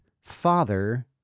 father